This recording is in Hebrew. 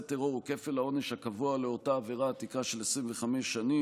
טרור הוא כפל העונש הקבוע לאותה עבירה עד תקרה של 25 שנים.